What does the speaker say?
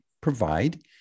provide